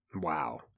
wow